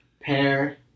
Pear